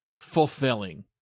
fulfilling